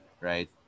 right